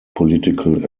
political